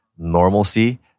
normalcy